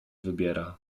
wybiera